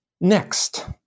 Next